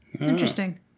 Interesting